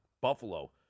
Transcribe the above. Buffalo